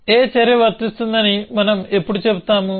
a చర్య వర్తిస్తుందని మనం ఎప్పుడు చెబుతాము